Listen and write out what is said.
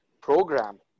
program